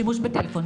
שימוש בטלפון,